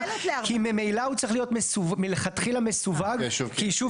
כי ממילא הוא צריך להיות מלכתחילה מסווג כיישוב